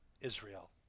Israel